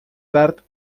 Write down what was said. tard